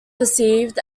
perceived